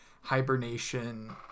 hibernation